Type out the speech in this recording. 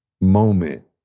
moment